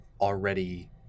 already